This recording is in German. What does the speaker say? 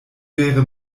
wäre